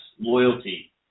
loyalty